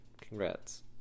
congrats